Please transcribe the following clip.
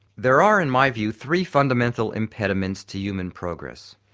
there are in my view three fundamental impediments to human progress.